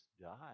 died